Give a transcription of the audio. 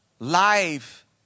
Life